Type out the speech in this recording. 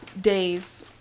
days